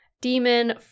demon